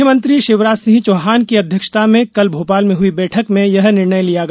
मुख्यमंत्री शिवराज सिंह चौहान की अध्यक्षता में कल भोपाल में हुई बैठक में यह निर्णय लिया गया